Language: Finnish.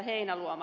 heinäluoma